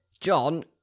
John